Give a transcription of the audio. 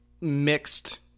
mixed